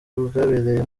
bwabereye